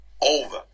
over